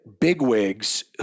bigwigs